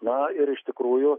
na ir iš tikrųjų